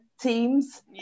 teams